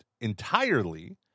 entirely